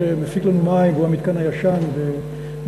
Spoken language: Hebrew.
שמפיק לנו מים והוא המתקן הישן באשקלון,